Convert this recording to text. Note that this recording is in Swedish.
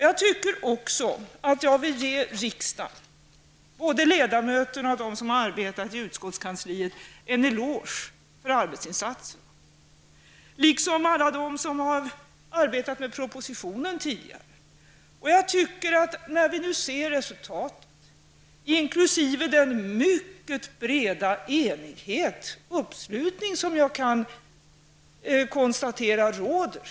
Jag vill också ge riksdagen -- både ledamöterna och utskottskansliets personal -- en eloge för deras arbetsinsatser. Samma eloge vill jag ge alla dem som tidigare arbetat med propositionen. Vi ser nu resultatet, inklusive den mycket breda enighet som jag kan konstatera råder.